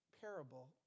parable